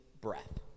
breath